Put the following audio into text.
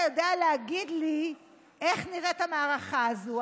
יודע להגיד לי איך נראית המערכה הזאת?